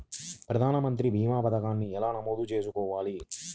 ప్రధాన మంత్రి భీమా పతకాన్ని ఎలా నమోదు చేసుకోవాలి?